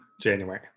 January